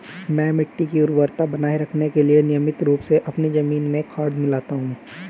मैं मिट्टी की उर्वरता बनाए रखने के लिए नियमित रूप से अपनी जमीन में खाद मिलाता हूं